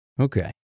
Okay